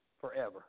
forever